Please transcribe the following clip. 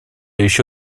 еще